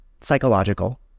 psychological